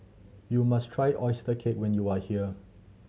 you must try oyster cake when you are here